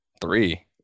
Three